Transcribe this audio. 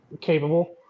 capable